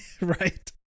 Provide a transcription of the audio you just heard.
Right